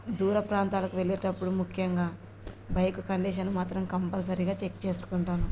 దూర ప్రాంతాలకు వెళ్ళేటప్పుడు ముఖ్యంగా బైక్ కండిషన్ మాత్రం కంపల్సరీగా చెక్ చేసుకుంటాను